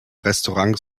restaurants